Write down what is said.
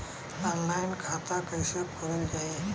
Online खाता कईसे खोलल जाई?